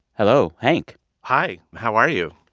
hello, hank hi. how are you?